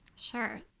Sure